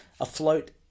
afloat